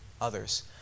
others